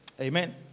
Amen